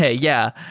yeah yeah.